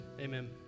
amen